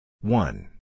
One